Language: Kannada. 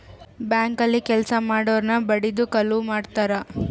ಬ್ಯಾಂಕ್ ಅಲ್ಲಿ ಕೆಲ್ಸ ಮಾಡೊರ್ನ ಬಡಿದು ಕಳುವ್ ಮಾಡ್ತಾರ